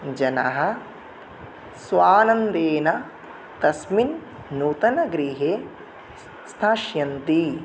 जनाः स्वानन्देन तस्मिन् नूतनगृहे स्थास्यन्ति